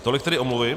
Tolik tedy omluvy.